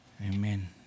Amen